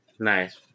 Nice